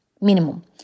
minimum